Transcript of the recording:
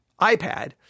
iPad